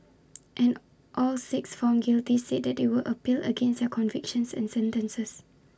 and all six found guilty said they would appeal against their convictions and sentences